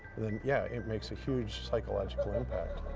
then yeah, it makes a huge psychological impact,